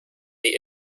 the